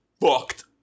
fucked